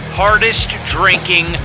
hardest-drinking